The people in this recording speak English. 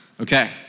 Okay